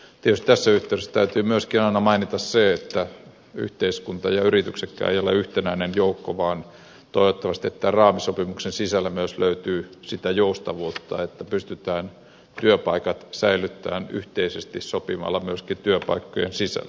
tietysti tässä yhteydessä täytyy myöskin aina mainita se että yhteiskunta ja yrityksetkään eivät ole yhtenäinen joukko ja toivottavasti tämän raamisopimuksen sisällä myös löytyy sitä joustavuutta että pystytään työpaikat säilyttämään yhteisesti sopimalla myöskin työpaikkojen sisällä